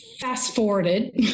fast-forwarded